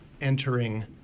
entering